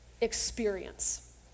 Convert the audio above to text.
experience